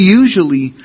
usually